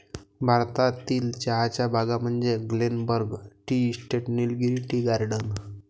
भारतातील चहाच्या बागा म्हणजे Glenburn tea estate, Nilgiri tea garden